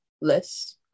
less